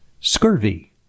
scurvy